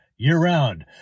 year-round